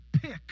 pick